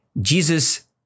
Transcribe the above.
Jesus